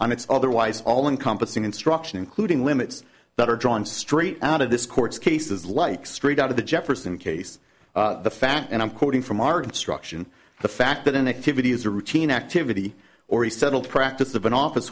on its otherwise all encompassing instruction including limits that are drawn straight out of this court's cases like straight out of the jefferson case the fact and i'm quoting from our construction the fact that an activity is a routine activity or resettle practice of an office